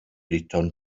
return